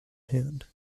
hand